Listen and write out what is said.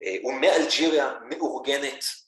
ומאלג'יריה, מאורגנת